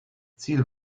ziel